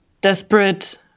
desperate